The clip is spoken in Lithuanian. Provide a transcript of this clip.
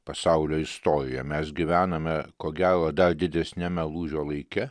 pasaulio istorija mes gyvename ko gero dar didesniame lūžio laike